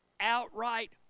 outright